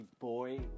boy